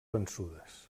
vençudes